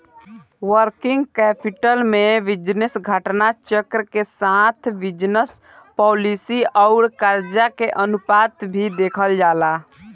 working capital में business घटना चक्र के साथ बिजनस पॉलिसी आउर करजा के अनुपात भी देखल जाला